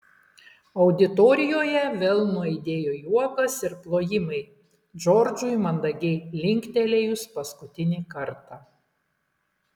auditorijoje vėl nuaidėjo juokas ir plojimai džordžui mandagiai linktelėjus paskutinį kartą